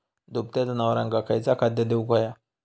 दुभत्या जनावरांका खयचा खाद्य देऊक व्हया?